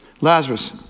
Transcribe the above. Lazarus